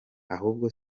ahubwo